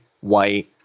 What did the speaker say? white